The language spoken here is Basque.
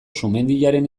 sumendiaren